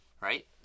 right